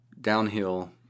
downhill